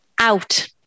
out